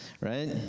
right